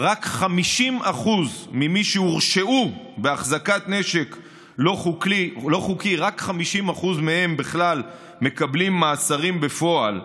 רק 50% ממי שהורשעו בהחזקת נשק לא חוקי בכלל מקבלים מאסרים בפועל,